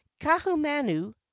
kahumanu